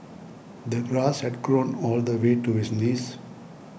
the grass had grown all the way to his knees